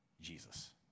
Jesus